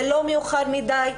זה לא מאוחר מדי.